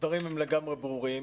הדברים לגמרי ברורים.